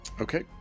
Okay